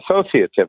associative